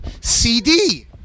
CD